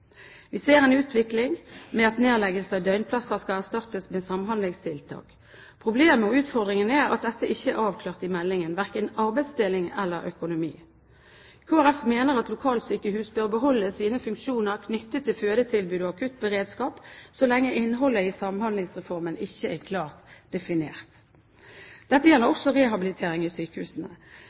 Vi ser en utvikling med at nedleggelse av døgnplasser skal erstattes med «samhandlingstiltak». Problemet og utfordringen er at dette ikke er avklart i meldingen, verken arbeidsdeling eller økonomi. Kristelig Folkeparti mener at lokalsykehus bør beholde sine funksjoner knyttet til fødetilbud og akuttberedskap så lenge innholdet i Samhandlingsreformen ikke er klart definert. Dette gjelder også rehabilitering i sykehusene.